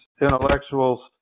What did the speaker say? intellectuals